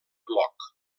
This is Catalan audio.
bloc